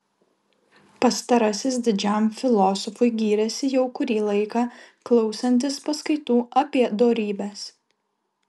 pastarasis didžiam filosofui gyrėsi jau kurį laiką klausantis paskaitų apie dorybes